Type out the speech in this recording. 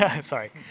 Sorry